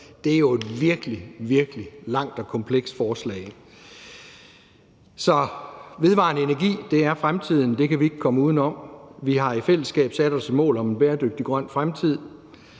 m.v. er jo et virkelig, virkelig langt og komplekst forslag. Vedvarende energi er fremtiden, det kan vi ikke komme uden om. Vi har i fællesskab sat os et mål om en bæredygtig grøn fremtid